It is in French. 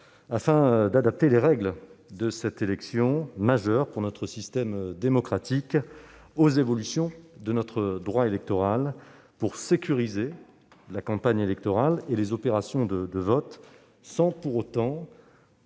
afin d'adapter les règles de cette élection majeure aux évolutions de notre droit électoral, pour sécuriser la campagne électorale et les opérations de vote, sans pour autant